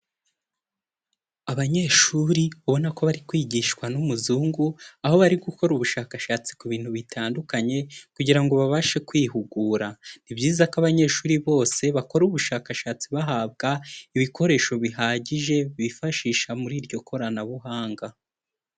Abanyeshuri ubona ko bari kwigishwa n'umuzungu, aho bari gukora ubushakashatsi ku bintu bitandukanye kugira ngo babashe kwihugura. Ni byiza ko abanyeshuri bose bakora ubushakashatsi bahabwa ibikoresho bihagije, bifashisha muri iryo koranabuhanga.